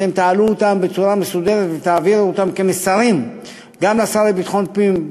אתם תעלו אותם בצורה מסודרת ותעבירו אותם כמסרים גם לשר לביטחון פנים,